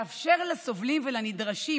לאפשר לסובלים ולנדרשים,